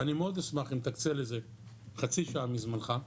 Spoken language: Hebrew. ואני מאוד אשמח אם תקצה לזה חצי שעה מזמנך,